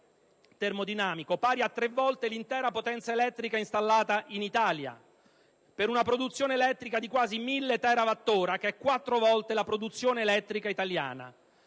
termodinamico (pari a tre volte l'intera potenza elettrica installata in Italia), per una produzione elettrica di quasi 1000 TWh (quattro volte la produzione elettrica italiana).